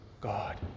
God